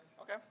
Okay